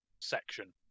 section